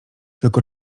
tylko